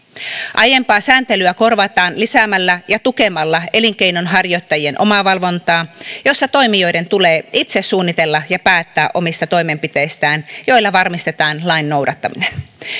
aiempaa sääntelyä korvataan lisäämällä ja tukemalla elinkeinonharjoittajien omavalvontaa jossa toimijoiden tulee itse suunnitella ja päättää omista toimenpiteistään joilla varmistetaan lain noudattaminen